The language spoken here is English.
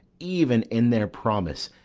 even in their promise,